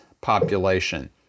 population